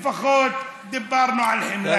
לפחות דיברנו על חמלה.